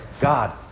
God